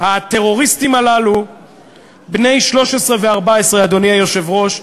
הטרוריסטים הללו בני 13 ו-14, אדוני היושב-ראש,